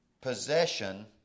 possession